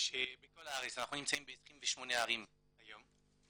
אנחנו נמצאים ב-28 ערים היום,